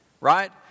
right